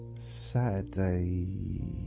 Saturday